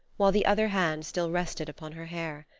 while the other hand still rested upon her hair.